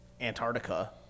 Antarctica